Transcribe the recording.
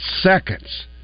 seconds